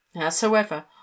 Howsoever